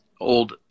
old